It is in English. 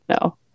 no